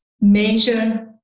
Measure